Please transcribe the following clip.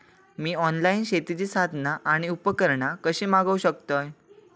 मी online शेतीची साधना आणि उपकरणा कशी मागव शकतय?